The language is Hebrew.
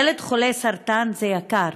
ילד חולה סרטן זה יקר,